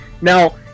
Now